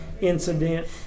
incident